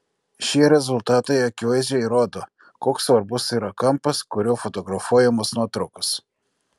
šie rezultatai akivaizdžiai rodo koks svarbus yra kampas kuriuo fotografuojamos nuotraukos